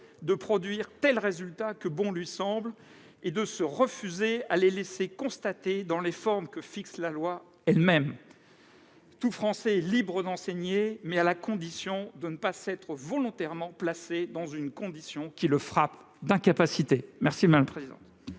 de produire tels résultats que bon lui semble, et de se refuser à les laisser constater dans les formes que fixe la loi elle-même ; tout Français est libre d'enseigner, mais à la condition de ne pas s'être volontairement placé dans une condition qui le frappe d'incapacité légale. » La parole est